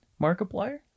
Markiplier